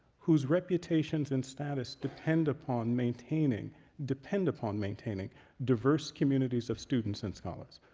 whose reputations and status depend upon maintaining depend upon maintaining diverse communities of students and scholars.